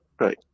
Right